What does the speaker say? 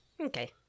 Okay